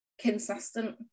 consistent